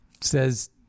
Says